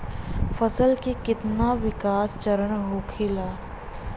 फसल के कितना विकास चरण होखेला?